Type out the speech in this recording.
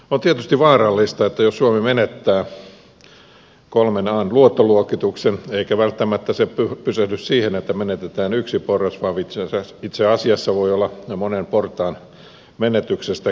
on tietysti vaarallista jos suomi menettää kolmen an luottoluokituksen eikä välttämättä se pysähdy siihen että menetetään yksi porras vaan itse asiassa voi olla monen portaan menetyksestä kyse